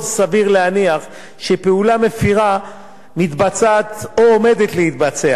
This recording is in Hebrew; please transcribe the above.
סביר להניח שפעולה מפירה מתבצעת או עומדת להתבצע,